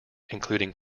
including